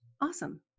Awesome